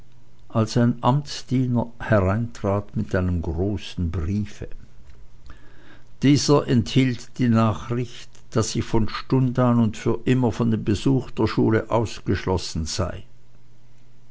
als ein amtsdiener hereintrat mit einem großen briefe dieser enthielt die nachricht daß ich von stund an und für immer von dem besuche der schule ausgeschlossen sei